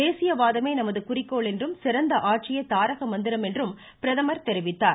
தேசியவாதமே நமது குறிக்கோள் என்றும் சிறந்த ஆட்சியே தாரக மந்திரம் என்றும் பிரதமர் தெரிவித்தார்